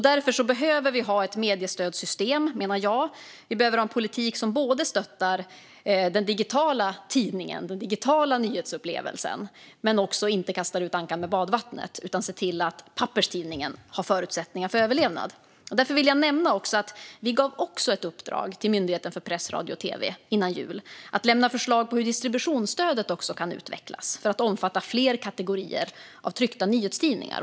Därför behöver vi ha ett mediestödssystem. Vi behöver ha en politik som både stöttar den digitala tidningen, den digitala nyhetsupplevelsen, och inte kastar ut barnet med badvattnet utan ser till att papperstidningen har förutsättningar för överlevnad. Därför vill jag nämna att vi också gav ett uppdrag till Myndigheten för press, radio och tv innan jul att lämna förslag på hur distributionsstödet kan utvecklas för att omfatta fler kategorier av tryckta nyhetstidningar.